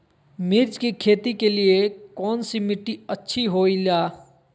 मिर्च की खेती के लिए कौन सी मिट्टी अच्छी होईला?